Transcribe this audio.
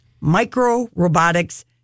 micro-robotics